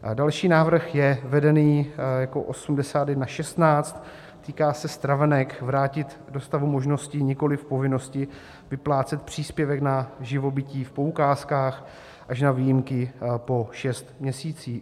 A další návrh je vedený jako 8116, týká se stravenek vrátit do stavu možnosti, nikoliv povinnosti vyplácet příspěvek na živobytí v poukázkách, až na výjimky, po šesti měsících.